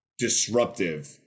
disruptive